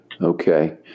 Okay